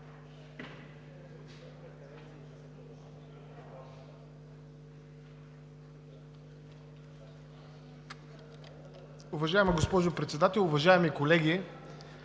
Уважаема госпожо Председател, уважаеми колеги!